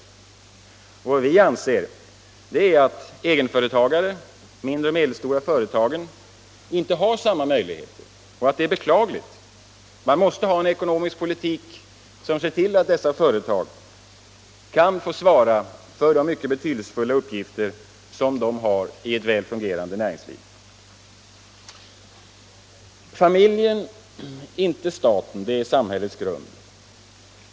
Vi anser att egenföretagare — de mindre och medelstora företagen — inte har samma möjligheter och att detta är beklagligt. Man måste föra en ekonomisk politik som ser till att dessa företag kan få svara för de mycket betydelsefulla uppgifter de har i ett väl fungerande näringsliv. Familjen, inte staten, är samhällets grund.